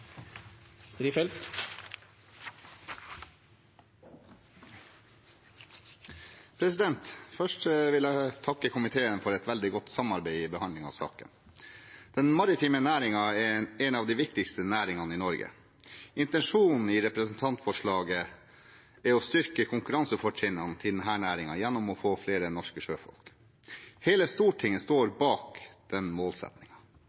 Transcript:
minutter. Først vil jeg takke komiteen for et veldig godt samarbeid i behandlingen av saken. Den maritime næringen er en av de viktigste næringene i Norge. Intensjonen i representantforslaget er å styrke konkurransefortrinnene til denne næringen gjennom å få flere norske sjøfolk. Hele Stortinget står